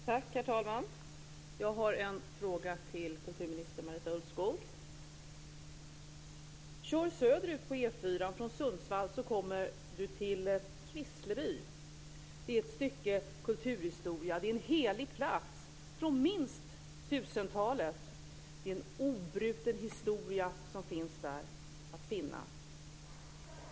Herr talman! Jag har en fråga till kulturminister Kör söderut på E4:an från Sundsvall så kommer du till Kvissleby. Det är ett stycke kulturhistoria. Det är en helig plats från minst 1000-talet. Det är en obruten historia som finns där att finna.